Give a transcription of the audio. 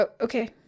Okay